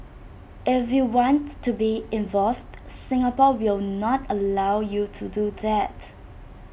if you want to be involved Singapore will not allow you to do that